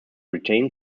retained